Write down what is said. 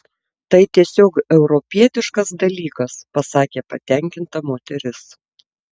tai tiesiog europietiškas dalykas pasakė patenkinta moteris